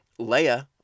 Leia